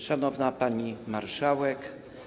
Szanowna Pani Marszałek!